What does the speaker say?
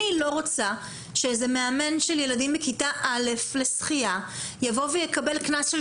אני לא רוצה שאיזה מאמן שחייה של ילדים מכיתה א' יקבל קנס של